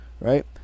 Right